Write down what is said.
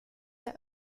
der